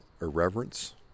irreverence